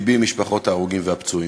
"לבי עם משפחות ההרוגים והפצועים",